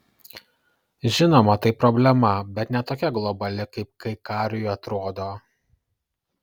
žinoma tai problema bet ne tokia globali kaip kaikariui atrodo